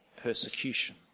persecution